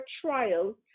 trials